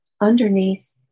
underneath